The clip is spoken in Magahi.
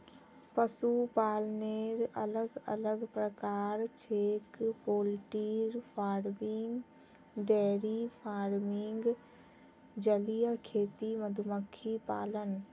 पशुपालनेर अलग अलग प्रकार छेक पोल्ट्री फार्मिंग, डेयरी फार्मिंग, जलीय खेती, मधुमक्खी पालन